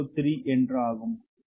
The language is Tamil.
03 ஆகும்